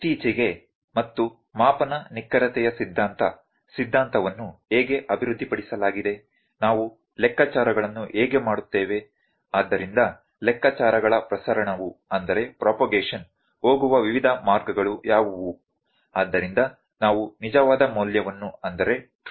ಇತ್ತೀಚೆಗೆ ಮತ್ತು ಮಾಪನ ನಿಖರತೆಯ ಸಿದ್ಧಾಂತ ಸಿದ್ಧಾಂತವನ್ನು ಹೇಗೆ ಅಭಿವೃದ್ಧಿಪಡಿಸಲಾಗಿದೆ ನಾವು ಲೆಕ್ಕಾಚಾರಗಳನ್ನು ಹೇಗೆ ಮಾಡುತ್ತೇವೆ ಆದ್ದರಿಂದ ಲೆಕ್ಕಾಚಾರಗಳ ಪ್ರಸರಣವು ಹೋಗುವ ವಿವಿಧ ಮಾರ್ಗಗಳು ಯಾವುವು